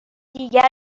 دیگر